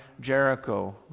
Jericho